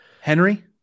Henry